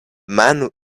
man